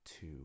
two